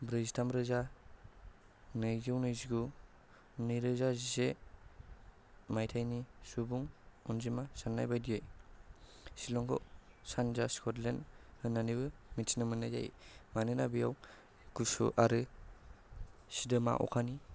ब्रैजिथाम रोजा नैजौ नैजिगु नैरोजा जिसे माइथायनि सुबुं अनजिमा साननाय बायदियै शिलंखौ सानजा स्कटलन्ड होननानैबो मिथिनो मोननाय जायो मानोना बेयाव गुसु आरो सिदोमा अखानि